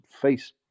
face